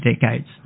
decades